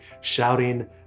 shouting